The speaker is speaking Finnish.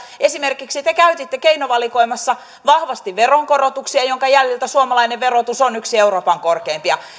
esimerkiksi käytitte keinovalikoimassa vahvasti veronkorotuksia minkä jäljiltä suomalainen verotus on yksi euroopan korkeimpia